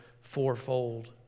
fourfold